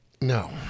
No